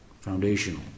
foundational